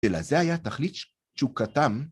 ‫אלא זה היה תכלית, שהוא קטן.